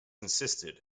insisted